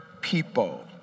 people